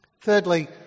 Thirdly